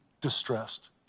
distressed